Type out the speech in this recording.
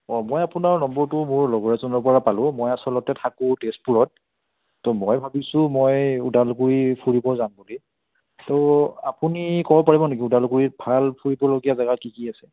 অঁ মই আপোনাৰ নম্বৰটো মোৰ লগৰ এজনৰ পৰা পালোঁ মই আচলতে থাকো তেজপুৰত ত' মই ভাবিছোঁ মই ওদালগুৰি ফুৰিব যাম বুলি ত' আপুনি ক'ব পাৰিব নেকি ওদালগুৰিত ভাল ফুৰিবলগীয়া জেগা কি কি আছে